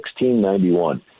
1691